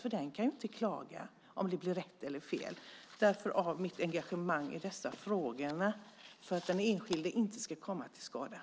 Han eller hon kan ju inte klaga om det blir rätt eller fel. Det är för att den enskilde inte ska komma till skada som jag har ett sådant engagemang i dessa frågor.